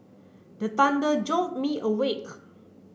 the thunder jolt me awake